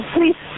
Please